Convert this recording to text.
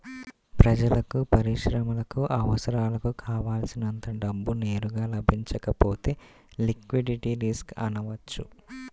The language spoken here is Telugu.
ప్రజలకు, పరిశ్రమలకు అవసరాలకు కావల్సినంత డబ్బు నేరుగా లభించకపోతే లిక్విడిటీ రిస్క్ అనవచ్చు